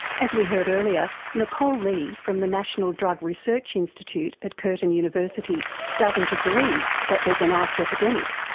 as we heard earlier, nicole lee from the national drug research institute at curtin university doesn't agree that there is an ice epidemic,